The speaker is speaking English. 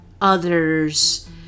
others